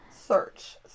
search